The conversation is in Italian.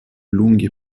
lunghi